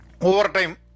Overtime